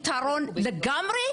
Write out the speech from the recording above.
פתרון לגמרי,